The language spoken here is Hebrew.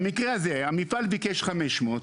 במקרה הזה המפעל ביקש 500,